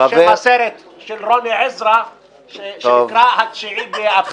שם הסרט של רוני עזרא שנקרא "9 באפריל",